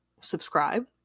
subscribe